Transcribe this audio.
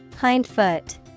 Hindfoot